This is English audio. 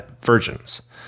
virgins